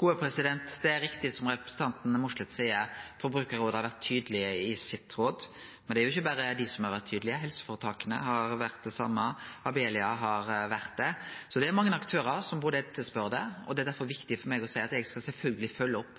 Det er riktig som representanten Mossleth seier, at Forbrukarrådet har vore tydelege i sitt råd. Men det er ikkje berre dei som har vore tydelege, helseføretaka har vore det same, og Abelia har vore det. Så det er mange aktørar som etterspør dette. Det er derfor viktig for meg å seie at eg sjølvsagt skal følgje opp